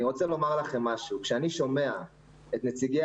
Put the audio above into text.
אני רוצה לומר לכם משהו: כשאני שומע את נציגי